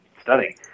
stunning